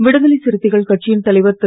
விடுதலைச் சிறுத்தைகள் கட்சியின் தலைவர் திரு